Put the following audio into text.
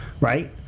right